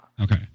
Okay